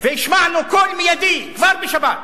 והשמענו קול מיידי כבר בשבת.